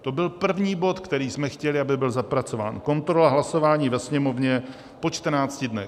To byl první bod, který jsme chtěli, aby byl zapracován, kontrola, hlasování ve Sněmovně po 14 dnech.